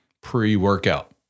pre-workout